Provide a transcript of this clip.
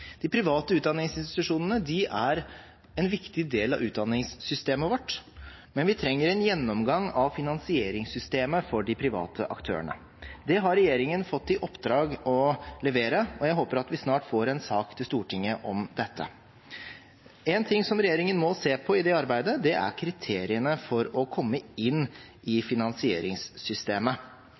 De private utdanningsinstitusjonene er en viktig del av utdanningssystemet vårt, men vi trenger en gjennomgang av finansieringssystemet for de private aktørene. Det har regjeringen fått i oppdrag å levere, og jeg håper at vi snart får en sak til Stortinget om dette. En ting som regjeringen må se på i det arbeidet, er kriteriene for å komme inn i finansieringssystemet.